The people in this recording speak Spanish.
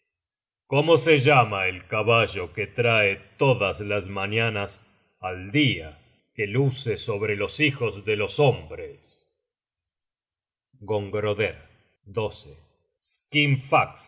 cómo se llama el caballo que trae todas las mañanas al dia que luce sobre los hijos de los hombres i